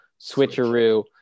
switcheroo